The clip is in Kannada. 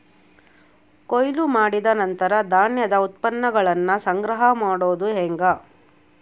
ಕೊಯ್ಲು ಮಾಡಿದ ನಂತರ ಧಾನ್ಯದ ಉತ್ಪನ್ನಗಳನ್ನ ಸಂಗ್ರಹ ಮಾಡೋದು ಹೆಂಗ?